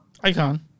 icon